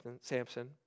Samson